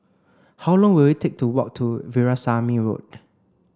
how long will it take to walk to Veerasamy Road